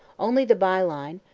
only the byline,